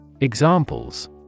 Examples